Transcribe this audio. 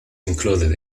included